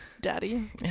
daddy